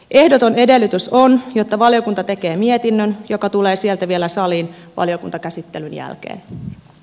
ehdoton edellytys on jotta valiokunta tekee mietinnön joka tulee sieltä vielä saliin valiokuntakäsittelyn jälkeen